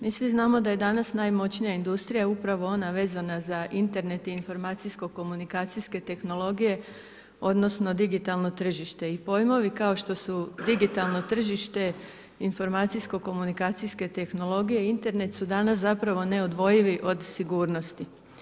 Mi svi znamo da je danas najmoćnija industrija upravo ona vezana za Internet i informacijske komunikacijske tehnologije, odnosno, digitalno tržište i pojmovi, kao što su digitalno tržište, informacijske komunikacijske tehnologije i internet su danas zapravo neodvojivi od sigurnosti.